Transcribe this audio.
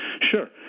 Sure